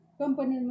company